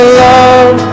love